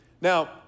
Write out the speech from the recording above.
Now